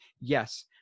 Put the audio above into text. Yes